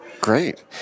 Great